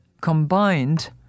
combined